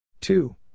Two